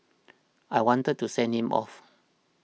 I wanted to send him off